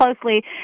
closely